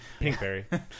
Pinkberry